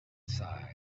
sighed